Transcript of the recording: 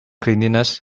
cleanliness